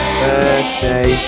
birthday